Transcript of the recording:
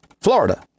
Florida